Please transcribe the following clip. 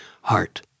heart